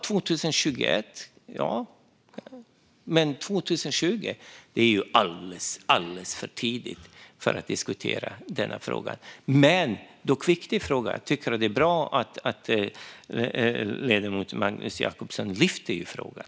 2021, ja, men 2020 är alldeles för tidigt för att diskutera denna fråga. Det är dock en viktig fråga, och jag tycker att det är bra att ledamoten Magnus Jacobsson lyfter den.